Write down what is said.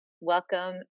Welcome